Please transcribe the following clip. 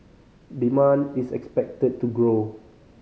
demand is expected to grow